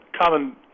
common